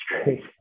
straight